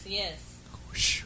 yes